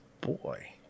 boy